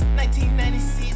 1996